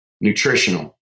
nutritional